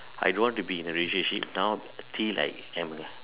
I don't want to be in relationship now till I am